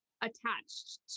attached